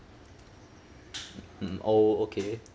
mm oh okay